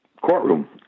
courtroom